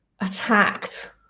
attacked